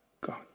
God